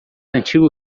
antigo